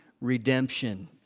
redemption